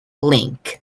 link